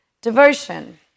Devotion